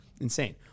Insane